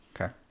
Okay